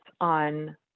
on